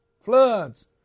Floods